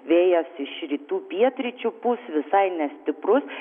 vėjas iš rytų pietryčių pūs visai nestiprus